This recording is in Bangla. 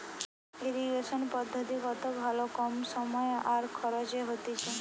ইরিগেশন পদ্ধতি কত ভালো কম সময় আর খরচে হতিছে